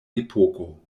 epoko